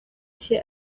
cye